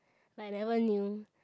like never knew